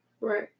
Right